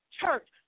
church